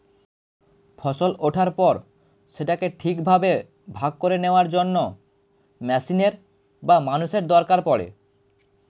ফসল ওঠার পর সেটাকে ঠিকভাবে ভাগ করে নেওয়ার জন্য মেশিনের বা মানুষের দরকার পড়ে